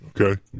okay